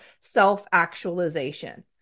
self-actualization